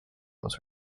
was